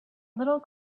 little